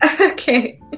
Okay